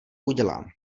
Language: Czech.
udělám